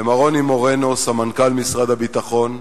למר רוני מורנו, סמנכ"ל משרד הביטחון,